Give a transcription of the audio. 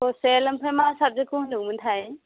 social ओमफ्राय मा साबजेक्टखौ होन्दोंमोनथाय